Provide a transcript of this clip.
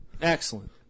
Excellent